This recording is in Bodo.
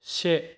से